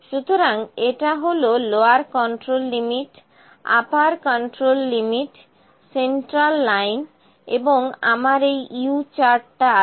সুতরাং এটা হল লোয়ার কন্ট্রোল লিমিট আপার কন্ট্রোলে লিমিট সেন্ট্রাল লাইন এবং আমার এই U চার্টটা আছে